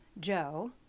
Joe